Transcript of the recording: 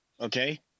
Okay